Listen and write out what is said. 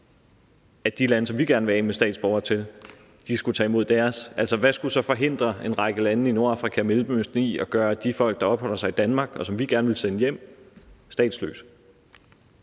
at de lande, som vi gerne vil udsende til, skal tage imod deres statsborgere. Hvad skulle så forhindre en række lande i Nordafrika og Mellemøsten i at gøre de folk, der opholder sig i Danmark, og som vi gerne vil sende hjem, statsløse?